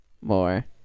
more